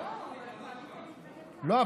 לא,